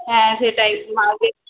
হ্যাঁ সেটাই মার্কেট